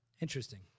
Interesting